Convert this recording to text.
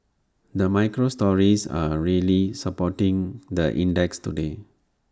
the micro stories are really supporting the index today